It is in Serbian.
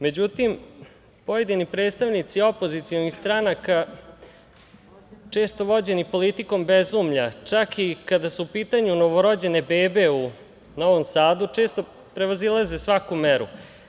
Međutim, pojedini predstavnici opozicionih stranaka, često vođeni politikom bezumlja, čak i kada su u pitanju novorođene bebe u Novom Sadu, često prevazilaze svaku meru.